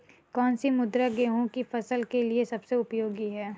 कौन सी मृदा गेहूँ की फसल के लिए सबसे उपयोगी है?